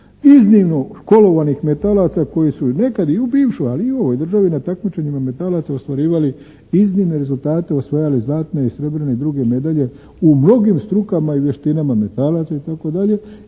iznimno školovanih metalaca koji su nekad i u bivšoj ali i u ovoj državi na takmičenjima metalaca ostvarivali iznimne rezultate, osvajali zlatne i srebrne i druge medalje u mnogim strukama i vještinama metalaca i